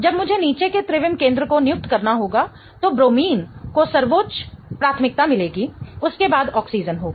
जब मुझे नीचे के त्रिविम केंद्र को नियुक्त करना होगा तो ब्रोमीन को सर्वोच्च प्राथमिकता मिलेगी उसके बाद ऑक्सीजन होगा